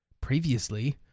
Previously